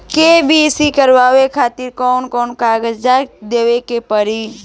KYC करवावे खातिर कौन कौन कागजात देवे के पड़ी?